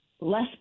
less